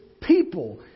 people